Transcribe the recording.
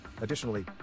Additionally